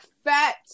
Fat